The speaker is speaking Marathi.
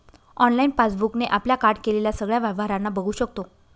ऑनलाइन पासबुक ने आपल्या कार्ड केलेल्या सगळ्या व्यवहारांना बघू शकतो